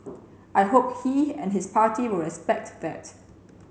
I hope he and his party will respect that